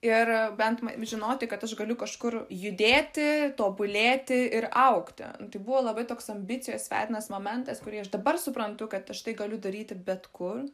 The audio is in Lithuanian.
ir bent žinoti kad aš galiu kažkur judėti tobulėti ir augti tai buvo labai toks ambicijos vedinas momentas kurį aš dabar suprantu kad aš tai galiu daryti bet kur